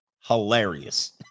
hilarious